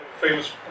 famous